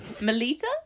Melita